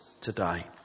today